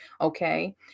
okay